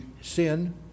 sin